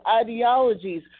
ideologies